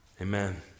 amen